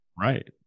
Right